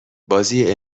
بازی